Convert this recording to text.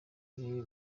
uri